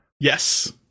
Yes